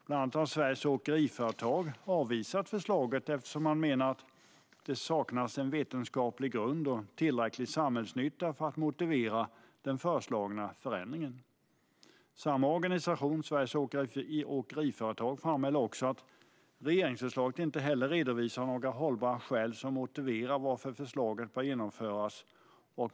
Bland annat har Sveriges Åkeriföretag avvisat förslaget eftersom man menar att det saknas vetenskaplig grund och tillräcklig samhällsnytta för att motivera den föreslagna förändringen. Samma organisation, Sveriges Åkeriföretag, framhåller också att regeringsförslaget heller inte redovisar några hållbara skäl som motiverar varför förslaget bör genomföras.